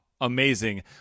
Amazing